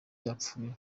yarapfuye